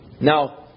Now